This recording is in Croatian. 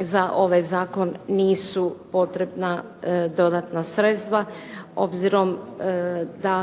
za ovaj zakon nisu potrebna dodatna sredstva obzirom da